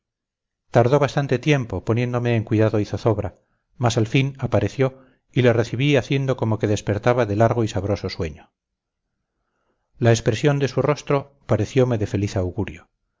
tardó bastante tiempo poniéndome en cuidado y zozobra mas al fin apareció y le recibí haciendo como que me despertaba de largo y sabroso sueño la expresión de su rostro pareciome de feliz augurio